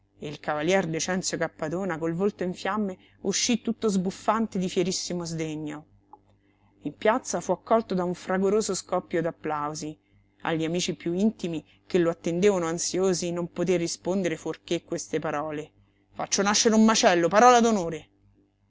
il cavalier decenzio cappadona col volto in fiamme uscí tutto sbuffante di fierissimo sdegno in piazza fu accolto da un fragoroso scoppio d'applausi agli amici piú intimi che lo attendevano ansiosi non poté rispondere fuorché queste parole faccio nascere un macello parola